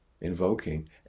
invoking